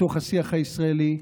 בתוך השיח הישראלי,